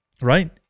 right